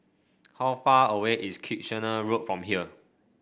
how far away is Kitchener Road from here